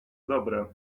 dobre